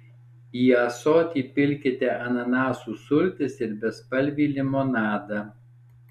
į ąsotį pilkite ananasų sultis ir bespalvį limonadą